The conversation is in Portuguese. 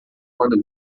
quando